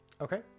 Okay